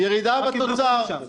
רק יברחו משם.